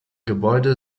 gebäude